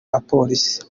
abapolisi